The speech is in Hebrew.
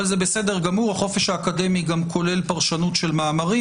אבל זה בסדר החופש האקדמי כולל פרשנות מאמרים.